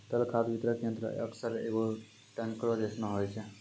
तरल खाद वितरक यंत्र अक्सर एगो टेंकरो जैसनो होय छै